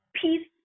peace